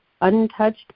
untouched